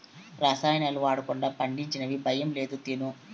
రసాయనాలు వాడకుండా పండించినవి భయం లేదు తిను